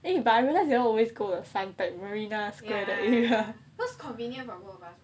eh but I realise you all always go suntec like marina square